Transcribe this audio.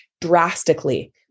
drastically